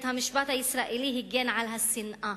בית-המשפט הישראלי הגן על השנאה,